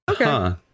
okay